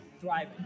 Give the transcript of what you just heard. thriving